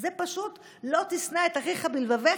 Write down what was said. זה פשוט "לא תשנא את אחיך בלבבך"